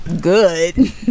good